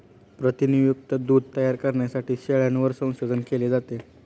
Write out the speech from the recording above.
प्रथिनयुक्त दूध तयार करण्यासाठी शेळ्यांवर संशोधन केले जाते